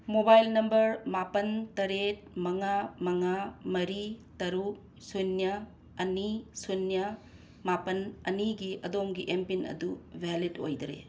mobile number ꯃꯥꯄꯟ ꯇꯔꯦꯠ ꯃꯉꯥ ꯃꯉꯥ ꯃꯔꯤ ꯇꯔꯨꯛ ꯁꯨꯅ꯭ꯌ ꯑꯅꯤ ꯁꯨꯅ꯭ꯌ ꯃꯥꯄꯟ ꯑꯅꯤꯒꯤ ꯑꯗꯣꯝꯒꯤ ꯑꯦꯝ ꯄꯤꯟ ꯑꯗꯨ ꯚꯦꯂꯤꯠ ꯑꯣꯏꯗꯔꯦ